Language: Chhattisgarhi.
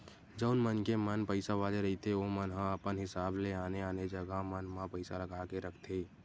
जउन मनखे मन पइसा वाले रहिथे ओमन ह अपन हिसाब ले आने आने जगा मन म पइसा लगा के रखथे